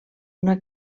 una